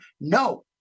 No